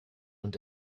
und